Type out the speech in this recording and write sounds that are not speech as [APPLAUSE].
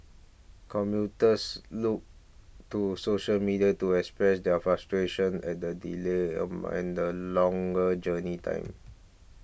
commuters look to social media to express their frustration at the delays [HESITATION] and a longer journey time